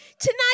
Tonight